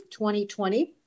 2020